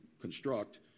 construct